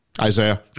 Isaiah